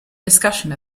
discussion